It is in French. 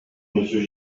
monsieur